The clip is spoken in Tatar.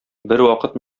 бервакыт